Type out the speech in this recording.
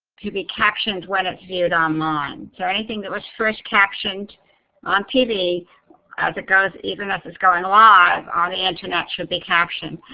to be captioned when it's viewed um online. so anything that was first captioned on tv as it goes, even and as it's going live on the internet should be captioned,